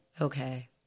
okay